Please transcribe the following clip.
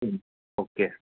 okay